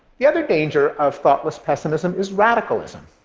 the other danger of thoughtless pessimism is radicalism.